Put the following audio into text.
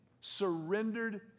surrendered